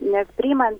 net priimant